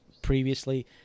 previously